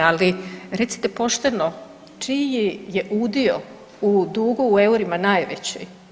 Ali recite pošteno čiji je udio u dugu u eurima najveći.